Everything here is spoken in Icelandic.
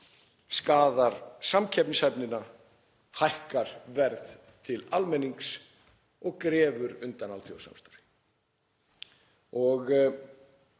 skaðar samkeppnishæfnina, hækkar verð til almennings og grefur undan alþjóðasamstarfi.